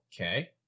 Okay